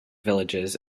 villages